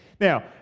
Now